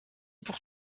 pour